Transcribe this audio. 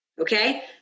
okay